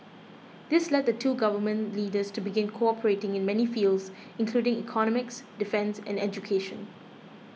this led the two Government Leaders to begin cooperating in many fields including economics defence and education